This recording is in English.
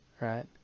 Right